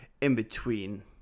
in-between